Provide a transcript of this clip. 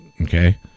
Okay